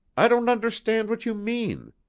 i don't understand what you mean.